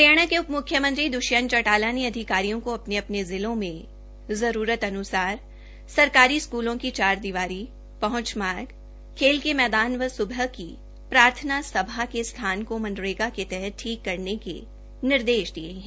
हरियाणा के उप म्र्ख्यमंत्री द्रष्यंत चौटाला ने अधिकारियों को अपने अपने जिलों में आवश्क्तानुसार सरकारी स्कूलों की चारदीवारी पहंच मार्ग खेल के मैदान व सुबह की प्रार्थना सभा के स्थान को मनरेगा के तहत ठीक करवाने के निर्देश दिये है